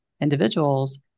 individuals